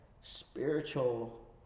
spiritual